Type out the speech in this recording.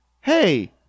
hey